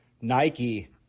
Nike